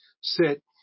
sit